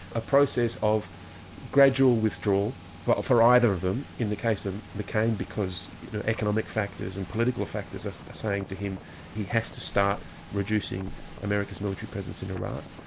a process of gradual withdrawal for for either of them in the case of mccain, because you know economic factors and political factors are saying to him he has to start reducing america's military presence in iraq.